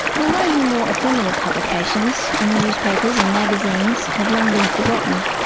although her more ephemeral publications in newspapers and magazines have long been forgotten,